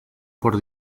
por